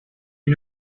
you